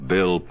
Bill